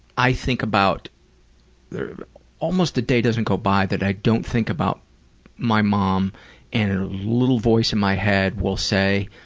i think about almost a day doesn't go by that i don't think about my mom and a little voice in my head will say,